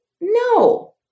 No